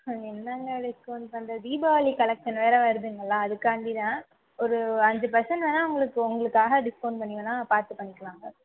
என்னங்க டிஸ்கவுண்ட் பண்றது தீபாவளி கலெக்க்ஷன் வேற வருதுங்களா அதுக்காண்டி தான் ஒரு அஞ்சு பர்சன்ட் வேணா உங்களுக்கு உங்களுக்காக டிஸ்கவுண்ட் பண்ணி வேணா பார்த்து பண்ணிக்கலாங்க